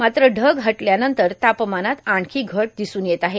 मात्र ढग हटल्यानंतर तापमानात आणखी घट दिसून येत आहे